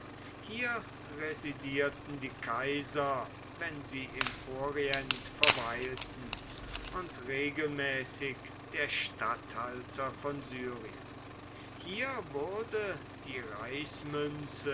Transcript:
hier residierten die kaiser wenn sie im orient verweilten und regelmäßig der statthalter von syrien hier wurde die